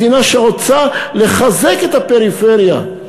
מדינה שרוצה לחזק את הפריפריה,